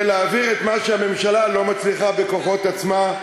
להעביר את מה שהיא לא מצליחה בכוחות עצמה,